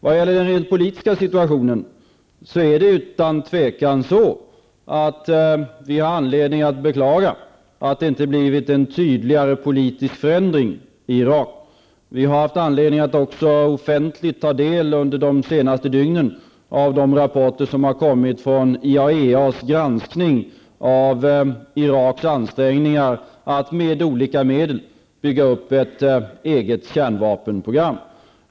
Vad gäller den rent politiska situationen är det utan tvivel så att vi har anledning att beklaga att det inte har blivit en tydligare politisk förändring i Irak. Vi har också haft anledning under de senaste dygnen att offentligt ta del av de rapporter som kommit från IAEAs granskning av Iraks ansträngningar att med olika medel bygga upp ett eget kärnvapenprogram.